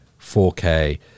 4K